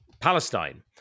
Palestine